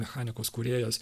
mechanikos kūrėjos